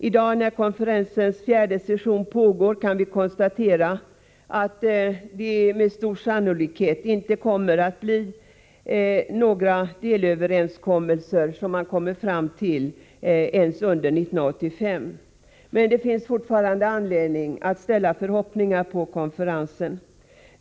I dag, när konferensens fjärde session pågår, har vi konstaterat att man med stor sannolikhet inte kommer att uppnå några delöverenskommelser ens under 1985. Men det finns fortfarande anledning att ställa förhoppningar på konferensen.